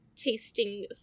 tasting